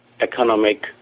economic